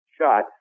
shot